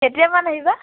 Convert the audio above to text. কেতিয়া মানে আহিবা